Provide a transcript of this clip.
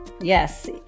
Yes